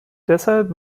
deshalb